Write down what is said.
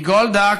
כי גולדה,